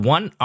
One